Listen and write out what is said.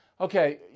Okay